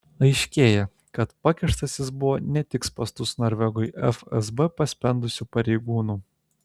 aiškėja kad pakištas jis buvo ne tik spąstus norvegui fsb paspendusių pareigūnų